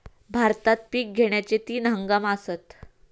भारतात पिक घेण्याचे तीन हंगाम आसत